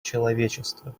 человечества